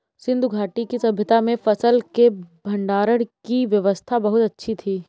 सिंधु घाटी की सभय्ता में फसल के भंडारण की व्यवस्था बहुत अच्छी थी